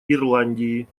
ирландии